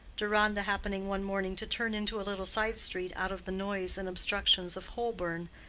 deronda happening one morning to turn into a little side street out of the noise and obstructions of holborn,